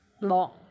long